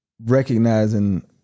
recognizing